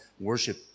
worship